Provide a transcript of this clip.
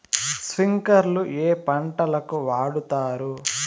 స్ప్రింక్లర్లు ఏ పంటలకు వాడుతారు?